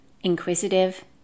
inquisitive